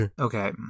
Okay